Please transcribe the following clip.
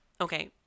okay